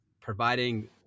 providing